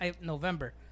November